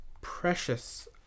precious